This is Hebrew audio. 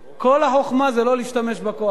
כל החוכמה זה לא להשתמש בכוח הזה.